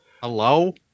Hello